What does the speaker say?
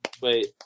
Wait